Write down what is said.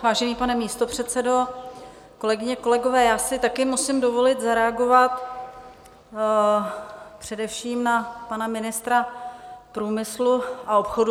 Vážený pane místopředsedo, kolegyně, kolegové, já si také musím dovolit zareagovat především na pana ministra průmyslu a obchodu.